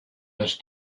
this